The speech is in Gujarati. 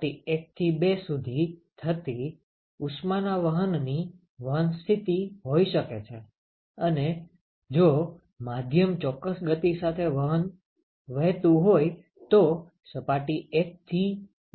સપાટી 1 થી 2 સુધી થતી ઉષ્માના વહનની વહન સ્થિતિ હોઈ શકે છે અને જો માધ્યમ ચોક્કસ ગતિ સાથે વહેતું હોય તો સપાટી 1 થી